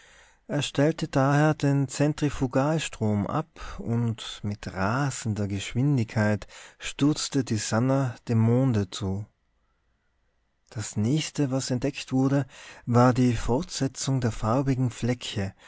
er stellte daher den zentrifugalstrom ab und mit rasender geschwindigkeit stürzte die sannah dem monde zu das nächste was entdeckt wurde war die fortsetzung der farbigen flecke